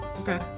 Okay